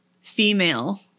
female